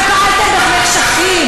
אבל פעלתם במחשכים.